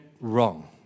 wrong